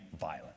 violence